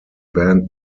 band